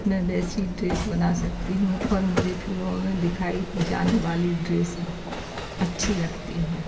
मैं वैसी ड्रेस बना सकती हूँ और मुझे फिल्मों में दिखाई जाने वाली ड्रेसें अच्छी लगती है